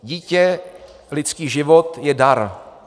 Dítě, lidský život, je dar.